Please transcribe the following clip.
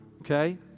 Okay